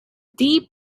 deep